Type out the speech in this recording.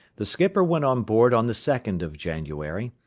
the skipper went on board on the second of january,